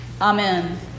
Amen